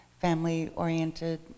family-oriented